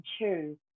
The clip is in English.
choose